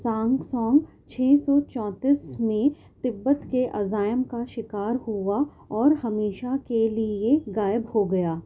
سانگسونگ چھ سو چونتیس میں تبت کے عزائم کا شکار ہوا اور ہمیشہ کے لیے غائب ہو گیا